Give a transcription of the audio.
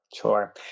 Sure